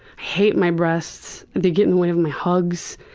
hate my breasts. they get in the way of my hugs.